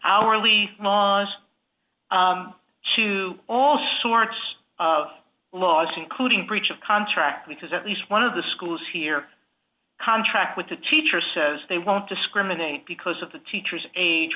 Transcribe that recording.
hourly laws to all sorts of laws including breach of contract because at least one of the schools here contract with the teacher says they won't discriminate because of the teacher's age